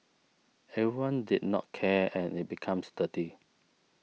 everyone did not care and it becomes dirty